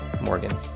Morgan